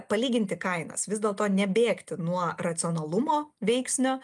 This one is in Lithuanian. palyginti kainas vis dėlto nebėgti nuo racionalumo veiksnio